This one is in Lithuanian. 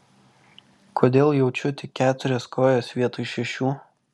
kodėl jaučiu tik keturias kojas vietoj šešių